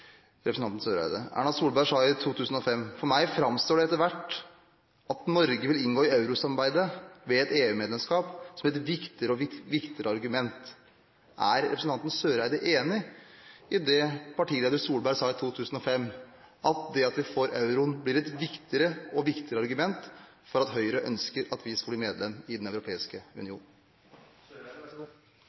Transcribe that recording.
representanten Eriksen Søreide. Erna Solberg sa i 2005: «For meg fremstår etter hvert at Norge vil inngå i euro-samarbeidet ved EU-medlemskap som et viktigere og viktigere argument.» Er representanten Eriksen Søreide enig i det som partileder Solberg sa i 2005, at det at vi får euroen, blir et viktigere og viktigere argument for at Høyre ønsker at vi skal bli medlem av Den europeiske union?